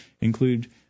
include